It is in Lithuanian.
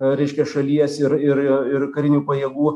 reiškia šalies ir ir ir karinių pajėgų